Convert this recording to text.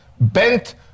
bent